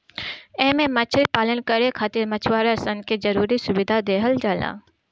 एमे मछरी पालन करे खातिर मछुआरा सन के जरुरी सुविधा देहल जाला